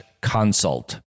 consult